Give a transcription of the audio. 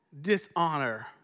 dishonor